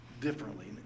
differently